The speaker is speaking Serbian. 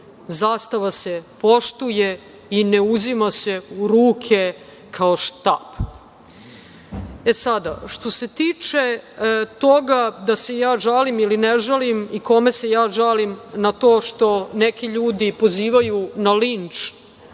zastava se poštuje i ne uzima se u ruke kao štap. Što se tiče toga da se ja žalim ili ne žalim i kome se ja žalim na to što neki ljudi pozivaju na linč